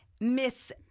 Miss